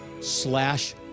slash